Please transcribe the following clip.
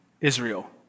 Israel